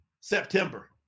September